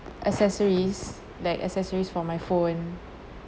accessories like accessories for my phone